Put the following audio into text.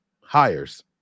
hires